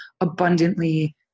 abundantly